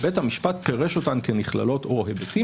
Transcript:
בית המשפט פירש אותן כנכללות או היבטים